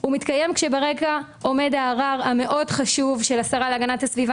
אלא הוא מתקיים כשברקע עומד הערר המאוד חשוב של השרה להגנת הסביבה